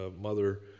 mother